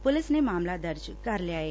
police ਨੇ ਮਾਮਲਾ ਦਰਜ ਕਰ ਲਿਐ